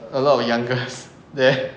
a lot of young girls there